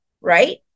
right